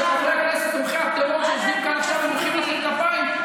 שחברי הכנסת תומכי הטרור שיושבים כאן עכשיו ומוחאים לכם כפיים,